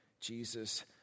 Jesus